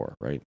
right